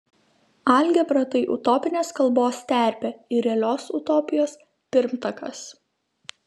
algebra tai utopinės kalbos terpė ir realios utopijos pirmtakas